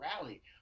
rally